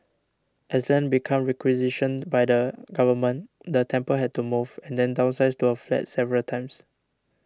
as land became requisitioned by the government the temple had to move and then downsize to a flat several times